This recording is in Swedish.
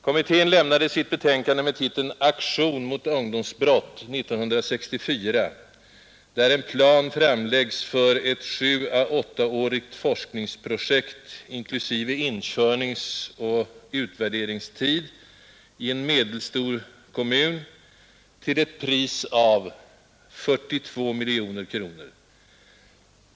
Kommittén lämnade 1964 sitt betänkande med titeln Aktion mot ungdomsbrott, där en plan framlades för ett sjuå åttaårigt forskningsprojekt, inklusive inkörningsoch utvärderingstid, i en medelstor kommun till ett pris av 42 miljoner kronor.